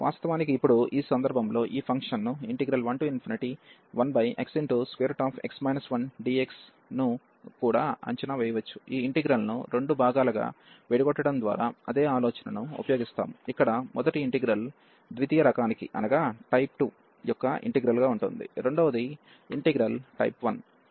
వాస్తవానికి ఇప్పుడు ఈ సందర్భంలో ఈ ఫంక్షన్ను 11xx 1dxను కూడా అంచనా వేయవచ్చు ఈ ఇంటిగ్రల్ ను రెండు భాగాలుగా విడగొట్టడం ద్వారా అదే ఆలోచనను ఉపయోగిస్తాము ఇక్కడ మొదటి ఇంటిగ్రల్ ద్వితీయ రకానికి యొక్క ఇంటిగ్రల్ గా ఉంటుంది రెండవది ఇంటిగ్రల్ టైప్ 1